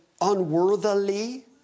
unworthily